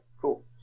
cool